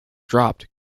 dropped